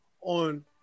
on